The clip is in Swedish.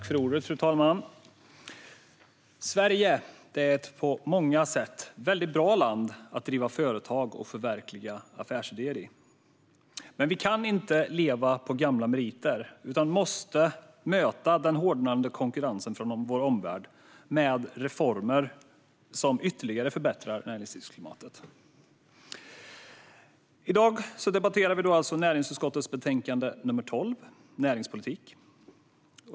Fru talman! Sverige är ett på många sätt bra land att driva företag och förverkliga affärsidéer i. Men vi kan inte leva på gamla meriter, utan vi måste möta den hårdnande konkurrensen från vår omvärld med reformer som ytterligare förbättrar näringslivsklimatet. I dag debatterar vi näringsutskottets betänkande nr 12 Näringspolitik .